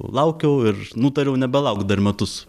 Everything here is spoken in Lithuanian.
laukiau ir nutariau nebelaukt dar metus